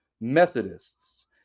Methodists